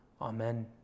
Amen